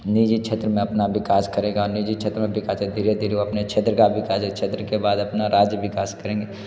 निजी क्षेत्र में अपना विकास करेंगे निजी क्षेत्र में विकास जो धीरे धीरे अपने क्षेत्र का जब विकास क्षेत्र के बाद अपना राज्य के विकास करेंगे